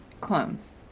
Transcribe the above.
clones